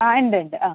ആ ഉണ്ടുണ്ട് ആ